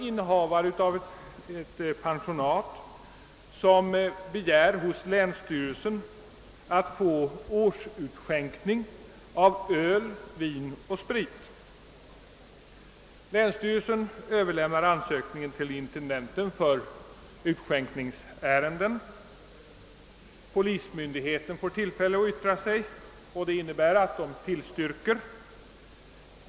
Innehavaren av ett pensionat begärde hos länsstyrelsen rätt till årsutskänkning av öl, vin och sprit. Länsstyrelsen överlämnade ansökan till intendenten för utskänkningsärenden. Polismyndigheten fick yttra sig och tillstyrkte.